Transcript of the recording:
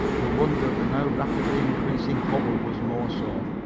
the wonder of the now rapidly increasing hubbub was more so.